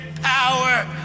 power